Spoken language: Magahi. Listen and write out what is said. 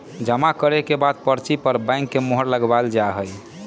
जमा करे के बाद पर्ची पर बैंक के मुहर लगावल जा हई